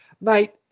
Mate